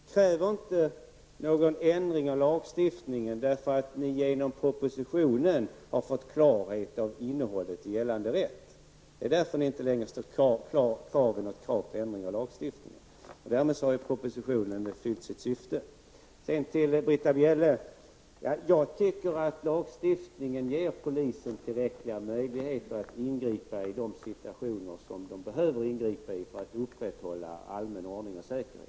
Herr talman! Först till Ingbritt Irhammar: Ni kräver inte någon ändring av lagstiftningen därför att ni genom propositionen fått klarhet om innehållet i gällande rätt. Det är därför ni inte står kvar vid krav på förändring av lagstiftningen. Därmed har propositionen fyllt sitt syfte. Till Britta Bjelle vill jag säga att jag tycker lagstiftningen ger polisen tillräckliga möjligheter att ingripa i de situationer där de behöver ingripa för att upprätthålla allmän ordning och säkerhet.